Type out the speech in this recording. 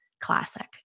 Classic